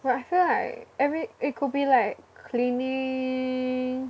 but I feel like every it could be like cleaning